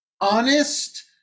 honest